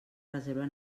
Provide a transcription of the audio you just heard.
reserva